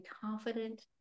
confident